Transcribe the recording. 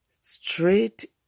straight